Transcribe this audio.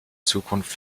zukunft